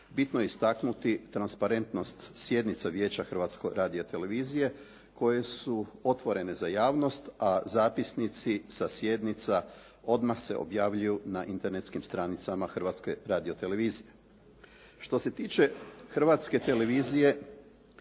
bito je istaknuti transparentnost sjednica Vijeća Hrvatske radiotelevizije, koje su otvorene za javnost, a zapisnici sa sjednica odmah se objavljuju na internetskim stranicama Hrvatske radiotelevizije. Što se tiče Hrvatske radiotelevizije